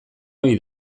ohi